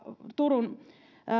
turun